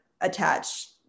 attach